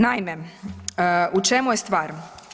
Naime, u čemu je stvar?